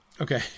okay